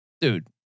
Dude